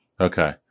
Okay